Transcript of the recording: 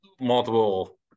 multiple